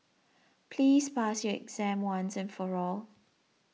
please pass your exam once and for all